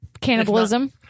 Cannibalism